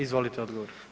Izvolite odgovor.